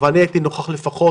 אבל אני הייתי נוכח לפחות